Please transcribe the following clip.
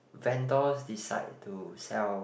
vendors decide to sell